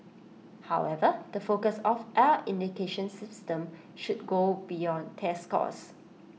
however the focus of our education system should go beyond test scores